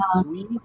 sweet